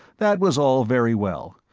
that was all very well,